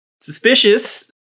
suspicious